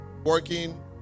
working